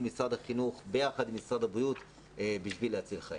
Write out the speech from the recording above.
משרד החינוך יחד עם משרד הבריאות בשביל להציל חיים.